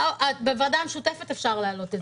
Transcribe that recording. בוועדה המשותפת אפשר להעלות את זה.